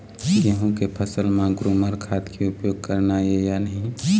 गेहूं के फसल म ग्रोमर खाद के उपयोग करना ये या नहीं?